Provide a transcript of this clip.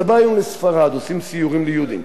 אתה בא היום לספרד, עושים סיורים ליהודים,